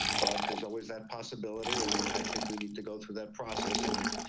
but there's always that possibility. and i think we need to go through that process. and i,